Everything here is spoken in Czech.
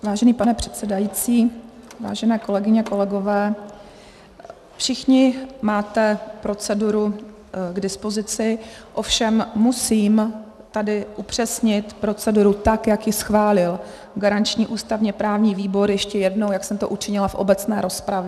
Vážený pane předsedající, vážené kolegyně, kolegové, všichni máte proceduru k dispozici, ovšem musím tady upřesnit proceduru tak, jak ji schválil garanční ústavněprávní výbor, ještě jednou, jak jsem to učinila v obecné rozpravě.